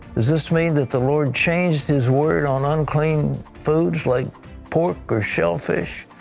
does this mean that the lord changed his word on unclean foods like pork or shellfish?